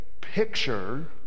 picture